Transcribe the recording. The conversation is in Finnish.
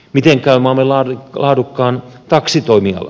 miten käy maamme laadukkaan taksitoimialan